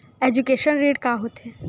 Education ऋण का होथे?